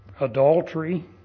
Adultery